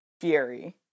fury